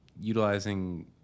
utilizing